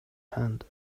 hand